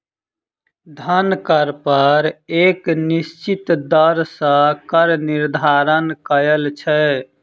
धन कर पर एक निश्चित दर सॅ कर निर्धारण कयल छै